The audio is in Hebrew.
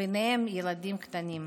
ובהם ילדים קטנים.